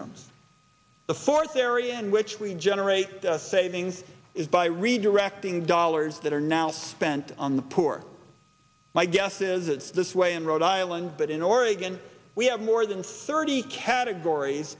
rooms the fourth area in which we generate savings is by redirecting dollars that are now spent on the poor my guess is it's this way in rhode island but in oregon we have more than thirty categories